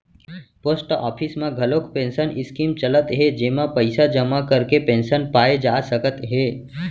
post office म घलोक pension scheme चलत हे जेमा पइसा जमा करके पेंसन पाए जा सकत हे